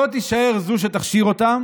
לא תישאר זו שתכשיר אותן,